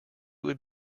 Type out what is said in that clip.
would